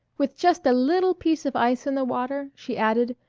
with just a little piece of ice in the water, she added.